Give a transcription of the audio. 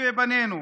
טובי בנינו.